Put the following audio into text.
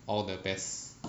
all the best